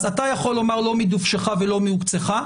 אז אתה יכול לומר לא מדובשך ולא מעוקצך,